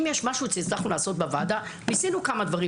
אם יש משהו שהצלחנו לעשות בוועדה ניסינו לשנות כמה דברים,